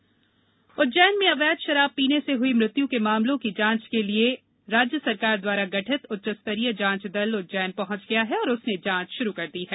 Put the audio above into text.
शराब मृत्यु उज्जैन में अवैध शराब पीने से हई मृत्य के मामलों की जांच के लिये राज्य सरकार द्वारा गठित उच्चस्तरी जांच दल उज्जैन पहंच गया है और उसने जांच शुरू कर दी है